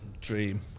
Dream